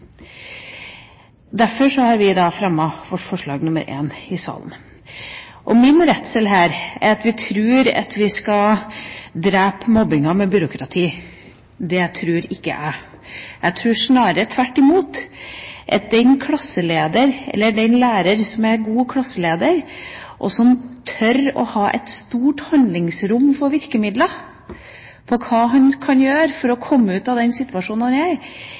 har vi fremmet forslag nr. 6. Min redsel her er at vi tror at vi skal drepe mobbingen med byråkrati. Det tror ikke jeg. Jeg tror snarere tvert imot, at den læreren som er en god klasseleder, som tør å ha et stort handlingsrom for virkemidler for hva man kan gjøre for å komme ut av den situasjonen man er i,